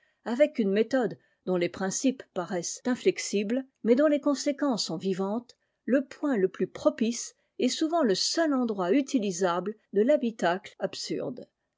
avec une méthode dont les principes paraissent inflexibles mais dont les conséquences sont vivantes le point le plus propice et souvent le seul endroit utilisable de thabitacle absurde